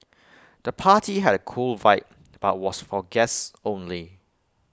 the party had A cool vibe but was for guests only